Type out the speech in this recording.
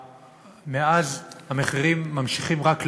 מאז המחירים ממשיכים רק לעלות.